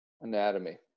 Anatomy